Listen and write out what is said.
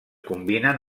combinen